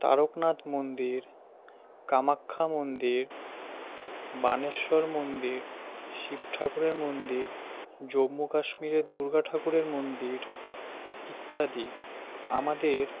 তারকনাথ মন্দির কামাখ্যা মন্দির বানেশ্বর মন্দির শিব ঠাকুরের মন্দির জম্মু কাশ্মীরের দুর্গা ঠাকুরের মন্দির ইত্যাদি আমাদের